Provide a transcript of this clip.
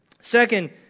Second